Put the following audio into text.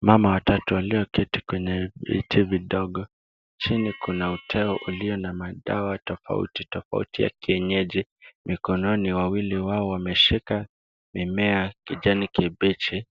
Mama watatu walioketi kwenye viti vidogo. Chini kuna uteo ulio na madawa tofauti tofauti ya kienyeji. Mikononi, wawili wao wameshika mimea ya kijani kibichi.